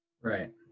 Right